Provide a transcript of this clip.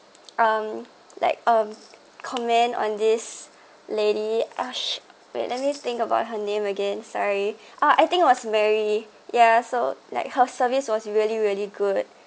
um like um comment on this lady ash~ wait let me think about her name again sorry ah I think it was mary yeah so like her service was really really good